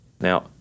Now